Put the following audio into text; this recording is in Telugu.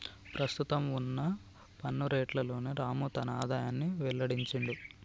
ప్రస్తుతం వున్న పన్ను రేట్లలోనే రాము తన ఆదాయాన్ని వెల్లడించిండు